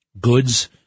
goods